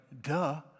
duh